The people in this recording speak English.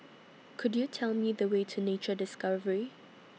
Could YOU Tell Me The Way to Nature Discovery